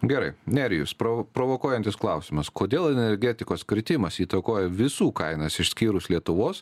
gerai nerijus prov provokuojantis klausimas kodėl energetikos kritimas įtakoja visų kainas išskyrus lietuvos